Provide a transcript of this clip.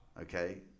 Okay